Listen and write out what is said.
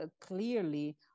clearly